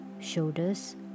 shoulders